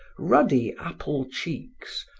ruddy apple cheeks,